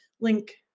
link